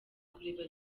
kureba